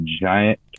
giant